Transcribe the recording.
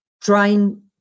trying